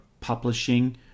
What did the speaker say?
publishing